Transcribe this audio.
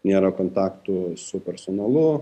nėra kontaktų su personalu